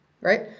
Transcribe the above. right